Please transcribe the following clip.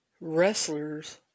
wrestlers